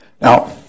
Now